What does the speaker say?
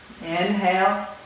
inhale